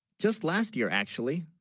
just last year actually